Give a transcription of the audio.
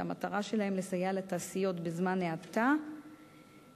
שהמטרה שלהם לסייע לתעשיות בזמן האטה בשילוב